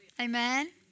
Amen